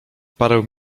parę